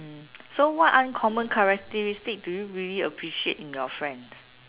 so what uncommon characteristics do you appreciate in your friends